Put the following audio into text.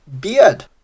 Beard